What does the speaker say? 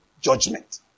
judgment